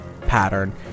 pattern